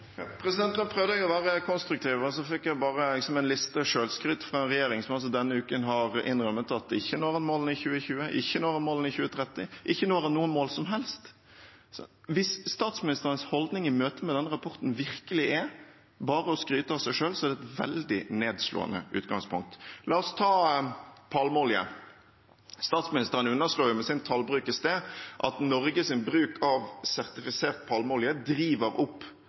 Nå prøvde jeg å være konstruktiv, og så fikk jeg bare en liste med selvskryt fra regjeringen, som altså denne uken har innrømmet at ikke når en målene i 2020, ikke når en målene i 2030, ikke når en noen mål som helst. Hvis statsministerens holdning i møte med denne rapporten virkelig er bare å skryte av seg selv, er det et veldig nedslående utgangspunkt. La oss ta palmeolje: Statsministeren underslo jo med sin tallbruk i sted at Norges bruk av sertifisert palmeolje driver opp